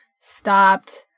stopped